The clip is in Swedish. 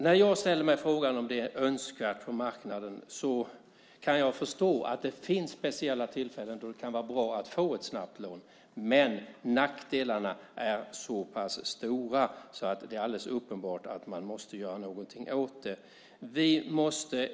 När jag ställer mig frågan om dessa lån är önskvärda på marknaden kan jag samtidigt förstå att det vid speciella tillfällen kan vara bra att snabbt få ett lån. Men nackdelarna är så pass stora att det är alldeles uppenbart att något måste göras åt detta.